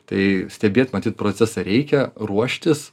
tai stebėt matyt procesą reikia ruoštis